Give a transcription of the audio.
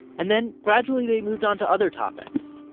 and then, gradually, they moved on to other topics.